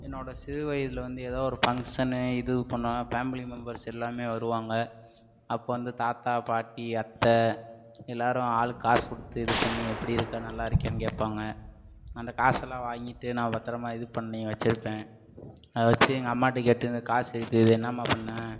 என்னோட சிறுவயதில் வந்து ஏதோ ஒரு ஃபங்க்ஷனு இது பண்ணோம் ஃபேமிலி மெம்பர்ஸ் எல்லாம் வருவாங்க அப்போ வந்து தாத்தா பாட்டி அத்தை எல்லோரும் ஆளுக்கு காசு கொடுத்து இது பண்ணி எப்டியிருக்க நல்லா இருக்கியான்னு கேட்பாங்க அந்த காசெல்லாம் வாங்கிட்டு நான் பத்திரமா இது பண்ணி வச்சிருப்பேன் அதை வச்சு எங்கள் அம்மாகிட்ட கேட்டு இந்த காசு இருக்கு இதை என்னமா பண்ண